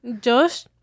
Josh